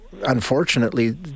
unfortunately